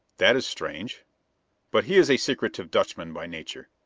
that is strange but he is a secretive dutchman by nature.